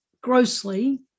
grossly